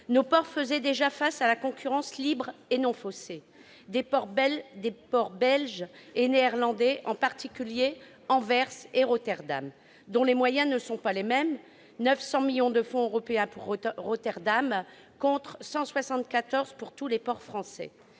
Nos ports faisaient déjà face à la « concurrence libre et non faussée » des ports belges et néerlandais, en particulier Anvers et Rotterdam, dont les moyens ne sont pas les mêmes- 900 millions d'euros de fonds européens pour Rotterdam contre 174 millions d'euros pour tous les ports français.